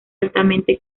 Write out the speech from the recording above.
altamente